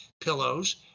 pillows